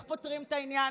רוצים דוגמה?